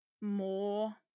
more